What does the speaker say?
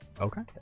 Okay